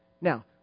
Now